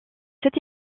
cette